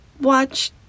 watch